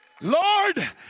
Lord